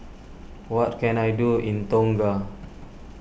what can I do in Tonga